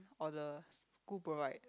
or the school provide